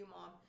Mom